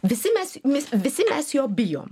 visi mes mes visi mes jo bijom